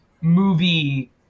movie